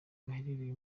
gaherereye